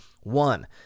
One